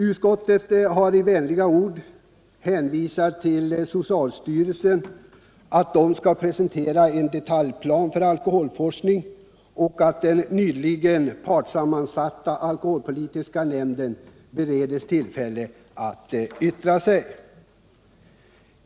Utskottet har i vänliga ord hänvisat till att socialstyrelsen har att presentera en ny detaljplan för alkoholforskningen och att den nyligen tillsatta partssammansatta alkoholpolitiska nämnden bereds tillfälle att yttra sig.